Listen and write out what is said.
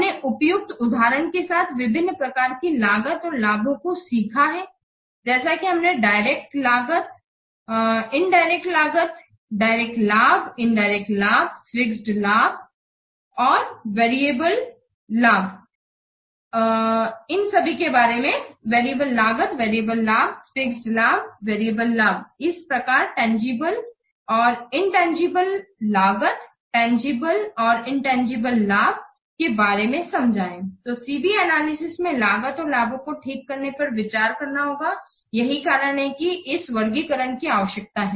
हमने उपयुक्त उदाहरणों के साथ विभिन्न प्रकार की लागत और लाभों को सीखा है जैसे कि हमने डायरेक्ट लागत बनाम इनडायरेक्ट लागत डायरेक्ट लाभ बनाम इनडायरेक्ट लाभ फिक्स्ड लागत बनाम परिवर्तनीय लागत फिक्स्ड लाभ बनाम वेरिएबल लाभ इसी प्रकार तंजीबले लागत बनाम इनतंजीबले लागत और तंजीबले लाभ बनाम वेरिएबल लाभ के बारे में समझा है तो C B एनालिसिस में लागत और लाभों को ठीक से विचार करना होगा यही कारण है कि इस वर्गीकरण की आवश्यकता है